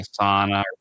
Asana